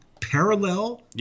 parallel